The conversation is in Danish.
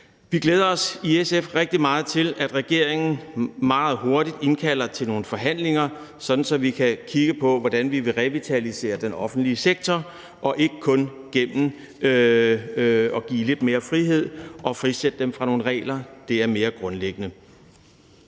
Vi glæder os i SF rigtig meget til, at regeringen meget hurtigt indkalder til nogle forhandlinger, sådan at vi kan kigge på, hvordan vi vil revitalisere den offentlige sektor, ikke kun ved give lidt mere frihed og frisætte personalet fra nogle regler, men mere grundlæggende